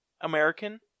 American